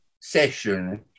session